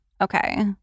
okay